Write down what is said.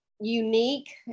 unique